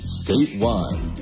statewide